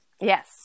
Yes